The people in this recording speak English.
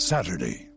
Saturday